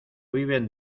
viven